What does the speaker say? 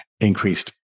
increased